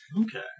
Okay